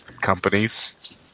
companies